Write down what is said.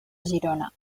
girona